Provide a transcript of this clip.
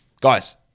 Guys